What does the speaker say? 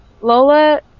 Lola